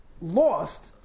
lost